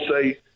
say